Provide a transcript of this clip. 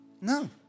no